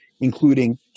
including